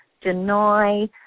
deny